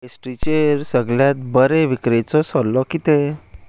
पेस्ट्रीचेर सगळ्यांत बरें विक्रेचो सल्लो कितें